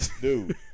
Dude